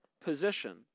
position